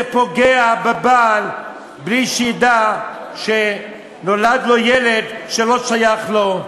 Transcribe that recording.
זה פוגע בבעל בלי שידע שנולד לו ילד שלא שייך לו,